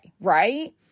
right